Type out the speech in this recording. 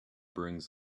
brings